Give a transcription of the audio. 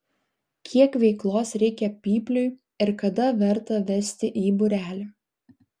kiek veiklos reikia pypliui ir kada verta vesti į būrelį